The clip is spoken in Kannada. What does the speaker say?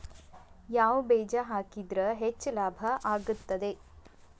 ಯಾವ ಬೇಜ ಹಾಕಿದ್ರ ಹೆಚ್ಚ ಲಾಭ ಆಗುತ್ತದೆ?